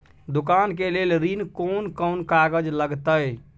दुकान के लेल ऋण कोन कौन कागज लगतै?